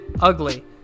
ugly